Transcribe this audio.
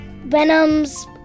Venom's